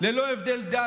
ללא הבדל דת,